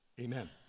Amen